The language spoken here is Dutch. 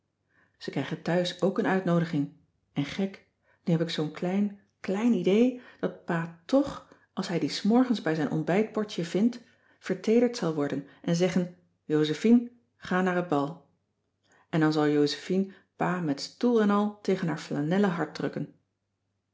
ze krijgen thuis ook een uitnoodiging en gek nu heb ik zoo'n klein klein idee dat pa tch als hij die s morgens bij zijn ontbijtbordje vindt verteederd zal worden en zeggen josephine ga naar het bal en dan zal josephine pa met stoel en al tegen haar flanellen hart drukken